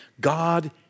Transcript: God